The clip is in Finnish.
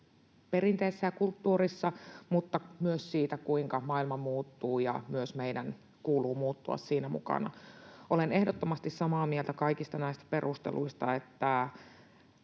perinteessä ja kulttuurissa, mutta myös siitä, kuinka maailma muuttuu ja myös meidän kuuluu muuttua siinä mukana. Olen ehdottomasti samaa mieltä kaikista näistä perusteluista, että